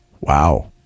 Wow